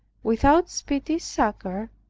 without speedy succor,